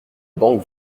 banque